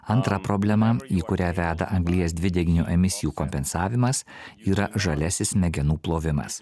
antra problema į kurią veda anglies dvideginio emisijų kompensavimas yra žaliasis smegenų plovimas